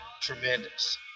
tremendous